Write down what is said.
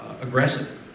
aggressive